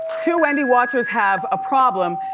two wendy watchers have a problem,